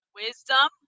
wisdom